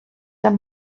amb